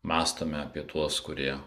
mąstome apie tuos kurie